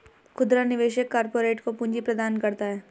खुदरा निवेशक कारपोरेट को पूंजी प्रदान करता है